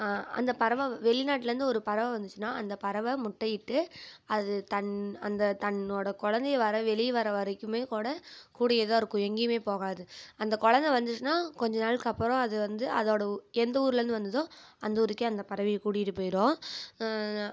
அந்த பறவை வெளிநாட்டுலருந்து ஒரு பறவை வந்துச்சின்னா அந்த பறவை முட்டையிட்டு அது தன் அந்த தன்னோட குழந்தையே வர வெளியே வர வரைக்குமே கூட கூடயே தான் இருக்கும் எங்கேயுமே போகாது அந்த குழந்த வந்துச்சினா கொஞ்ச நாளுக்கு அப்புறம் அது வந்து அதோட எந்த ஊருலந்து வந்துதோ அந்த ஊருக்கே அந்த பறவையே கூட்டிகிட்டு போயிரும்